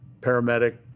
paramedic